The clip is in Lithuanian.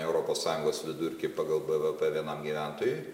europos sąjungos vidurkį pagal bvp vienam gyventojui